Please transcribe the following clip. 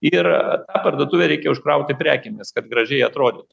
ir tą parduotuvę reikia užkrauti prekėmis kad gražiai atrodytų